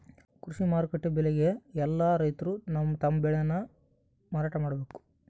ಕೃಷಿ ಮಾರುಕಟ್ಟೆ ಬೆಲೆಗೆ ಯೆಲ್ಲ ರೈತರು ತಮ್ಮ ಬೆಳೆ ನ ಮಾರಾಟ ಮಾಡ್ಬೇಕು